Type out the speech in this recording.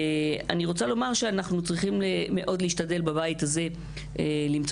בבית הזה אנחנו צריכים להשתדל מאוד למצוא